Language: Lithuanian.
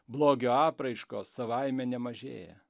blogio apraiškos savaime nemažėja